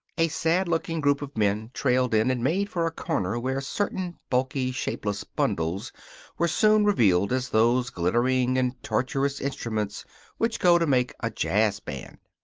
a sad-looking group of men trailed in and made for a corner where certain bulky, shapeless bundles were soon revealed as those glittering and tortuous instruments which go to make a jazz band.